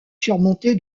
surmonté